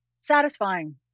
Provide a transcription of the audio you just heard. satisfying